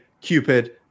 Cupid